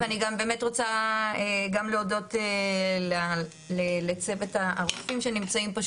ואני באמת רוצה גם להודות לצוות הרופאים שנמצאים פה,